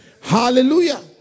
Hallelujah